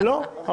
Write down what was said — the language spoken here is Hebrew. לא.